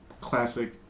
classic